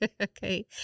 Okay